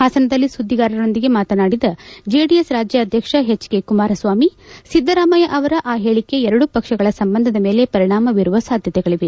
ಹಾಸನದಲ್ಲಿ ಸುದ್ದಿಗಾರರೊಂದಿಗೆ ಮಾತನಾಡಿದ ಜೆಡಿಎಸ್ ರಾಜ್ಯಾಧ್ಯಕ್ಷ ಹೆಚ್ ಕೆ ಕುಮಾರಸ್ವಾಮಿ ಸಿದ್ದರಾಮಯ್ಯ ಅವರ ಆ ಹೇಳಿಕೆ ಎರಡೂ ಪಕ್ಷಗಳ ಸಂಬಂಧದ ಮೇಲೆ ಪರಿಣಾಮ ಬೀರುವ ಸಾಧ್ಯತೆಗಳವೆ